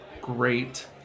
great